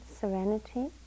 serenity